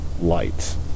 lights